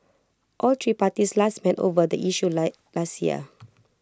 all three parties last met over the issue late last year